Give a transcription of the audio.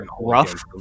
rough